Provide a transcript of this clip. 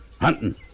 hunting